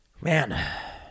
Man